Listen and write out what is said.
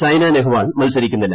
Saina Nehwal മത്സരിക്കുന്നില്ല